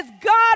God